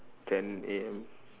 ten A_M